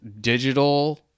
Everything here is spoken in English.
digital